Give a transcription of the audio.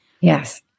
Yes